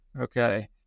okay